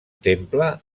temple